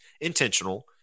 intentional